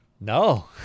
No